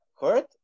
hurt